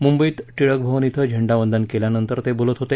मुंबईत टिळकभवन इथं झेंडावंदन केल्यानंतर ते बोलत होते